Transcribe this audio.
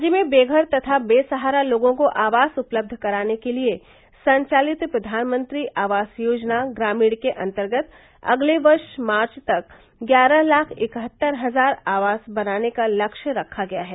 राज्य में बेघर तथा बेसहारा लोगों को आवास उपलब्ध कराने के लिए संचालित प्रधानमंत्री आवास योजना ग्रामीण के अन्तर्गत अगले वर्ष मार्च तक ग्यारह लाख इकहत्तर हजार आवास बनाने का लक्ष्य रखा गया है